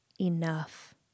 enough